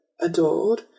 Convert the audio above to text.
adored